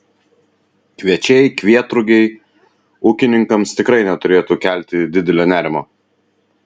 kviečiai kvietrugiai ūkininkams tikrai neturėtų kelti didelio nerimo